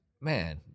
man